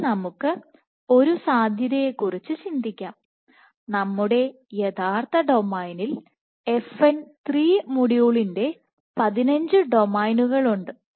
ഇനി നമുക്ക് ഒരു സാധ്യതയെക്കുറിച്ച ചിന്തിക്കാം നമ്മുടെ യഥാർത്ഥ ഡൊമെയ്നിൽ FN 3 മൊഡ്യൂളിന്റെ 15 ഡൊമെയ്നുകൾ ഉണ്ട്